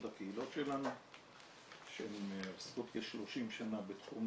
הקהילות שלנו שהן עוסקות כ-30 שנה בתחום